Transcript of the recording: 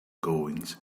goings